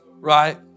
Right